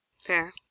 Fair